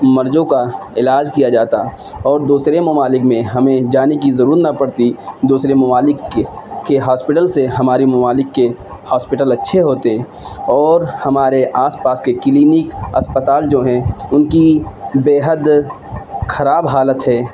مرضوں کا علاج کیا جاتا اور دوسرے ممالک میں ہمیں جانے کی ضرورت نہ پڑتی دوسرے ممالک کے کے ہاسپٹل سے ہماری ممالک کے ہاسپٹل اچھے ہوتے اور ہمارے آس پاس کے کلینک اسپتال جو ہیں ان کی بےحد خراب حالت ہے